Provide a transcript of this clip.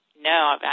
No